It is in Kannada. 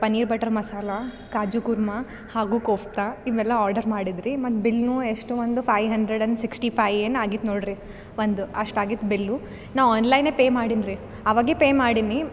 ಪನ್ನೀರ್ ಬಟರ್ ಮಸಾಲ ಕಾಜು ಕುರ್ಮ ಹಾಗು ಕೊಫ್ತಾ ಇವೆಲ್ಲ ಆರ್ಡರ್ ಮಾಡಿದ್ರಿ ಮತ್ತು ಬಿಲ್ನು ಎಷ್ಟೋ ಒಂದು five hundred and sixty five ಏನು ಆಗಿತ್ತು ನೋಡ್ರಿ ಒಂದು ಅಷ್ಟು ಆಗಿತ್ತು ಬಿಲ್ಲು ನ ಆನ್ಲೈನೆ ಪೇ ಮಾಡಿನ್ರಿ ಅವಾಗೆ ಪೇ ಮಾಡಿನಿ